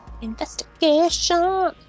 investigation